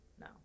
no